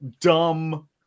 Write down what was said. dumb